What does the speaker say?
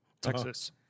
Texas